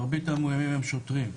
מרבית המאויימים הם שוטרים.